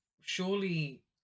surely